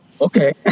okay